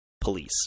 police